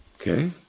Okay